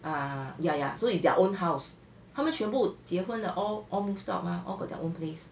ah ya ya so it's their own house 他们全部结婚了 all all moved out mah all got their own place